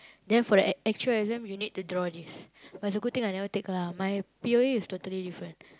then for the a~ actual exam you need to draw this but it's a good thing I never take lah my P_O_A is totally different